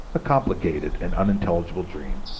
a complicated and unintelligible dream,